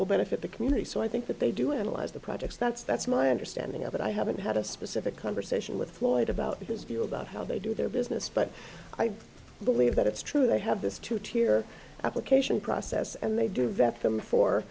will benefit the community so i think that they do analyze the projects that's that's my understanding of it i haven't had a specific conversation with lloyd about this deal about how they do their business but i do believe that it's true they have this to tear application process and they do vet them for